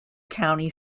county